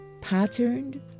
patterned